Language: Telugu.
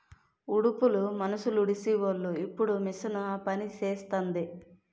ఉడుపులు మనుసులుడీసీవోలు ఇప్పుడు మిషన్ ఆపనిసేస్తాంది